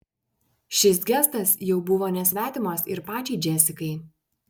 šis gestas jau buvo nesvetimas ir pačiai džesikai